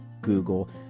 Google